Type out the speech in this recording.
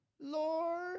Lord